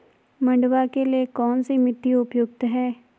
मंडुवा के लिए कौन सी मिट्टी उपयुक्त है?